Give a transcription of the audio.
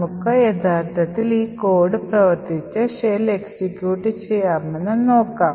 നമുക്ക് യഥാർത്ഥത്തിൽ ഈ കോഡ് പ്രവർത്തിപ്പിച്ച് ഷെൽ എക്സിക്യൂട്ട് ചെയ്യാമെന്ന് നോക്കാം